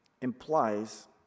implies